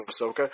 Ahsoka